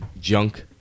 junk